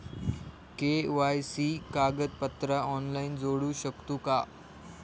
KYC कागदपत्रा online जोडू शकतू का?